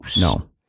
No